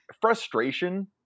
frustration